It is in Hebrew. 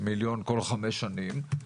מיליון כל חמש שנים,